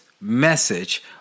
message